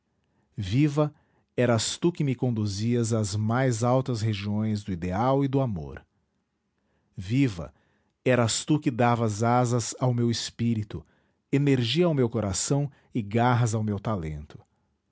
viva eras tu que me conduzias às mais altas regiões do ideal e do amor viva eras tu que davas asas ao meu espírito energia ao meu coração e garras ao meu talento